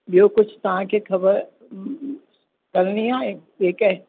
ॿियो कुझु तव्हांखे ख़बर करिणी आहे ठीकु आहे